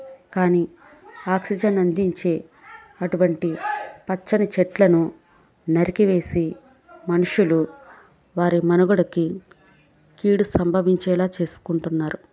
కానీ ఆక్సిజన్ అందించే అటువంటి పచ్చని చెట్లను నరికివేసి మనుషులు వారి మనుగడకి కీడు సంభవించేలా చేసుకుంటున్నారు